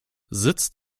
sitz